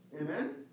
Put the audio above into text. Amen